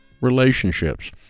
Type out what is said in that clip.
relationships